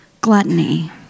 gluttony